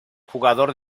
jugador